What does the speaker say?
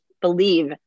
believe